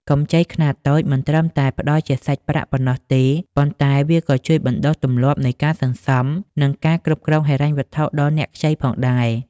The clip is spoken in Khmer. កម្ចីខ្នាតតូចមិនត្រឹមតែផ្ដល់ជាសាច់ប្រាក់ប៉ុណ្ណោះទេ ប៉ុន្តែវាក៏ជួយបណ្ដុះទម្លាប់នៃការសន្សំ និងការគ្រប់គ្រងហិរញ្ញវត្ថុដល់អ្នកខ្ចីផងដែរ។